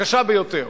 הקשה ביותר.